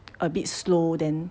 a bit slow then